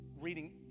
reading